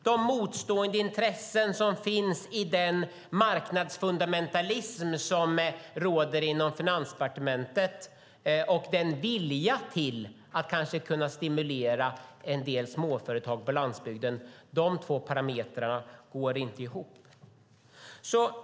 De motstående intressen som finns - å ena sidan den marknadsfundamentalism som råder inom Finansdepartementet och å andra sidan viljan att kanske stimulera en del småföretag på landsbygden - går inte ihop.